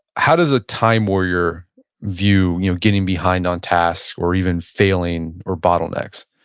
how does a time warrior view you know getting behind on tasks or even failing or bottlenecks?